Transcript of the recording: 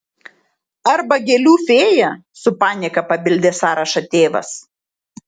arba gėlių fėja su panieka papildė sąrašą tėvas